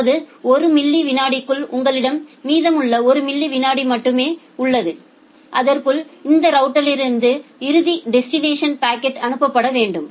அதாவது ஒரு மில்லி விநாடிக்குள் உங்களிடம் மீதமுள்ள ஒரு மில்லி விநாடி மட்டுமே உள்ளது அதற்குள் இந்த ரவுட்டர்லிருந்து இறுதி டெஸ்டினேஷன்க்கு பாக்கெட் அனுப்பட வேண்டும்